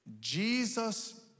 Jesus